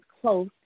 close